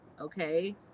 okay